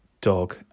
dog